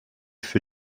für